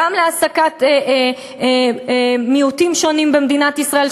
גם להעסקת מיעוטים שונים במדינת ישראל,